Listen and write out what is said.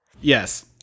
Yes